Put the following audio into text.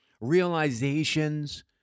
realizations